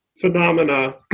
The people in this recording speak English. phenomena